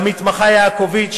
למתמחה יעקובית,